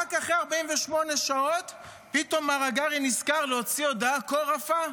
רק אחרי 48 שעות פתאום מר הגרי נזכר להוציא הודעה כה רפה.